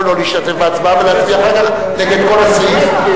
או לא להשתתף בהצבעה ולהצביע אחר כך נגד כל הסעיף.